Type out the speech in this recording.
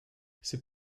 c’est